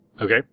Okay